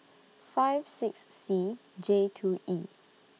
five six C J two E